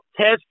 test